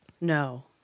No